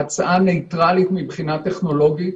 ההצעה ניטרלית מבחינה טכנולוגית.